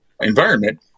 environment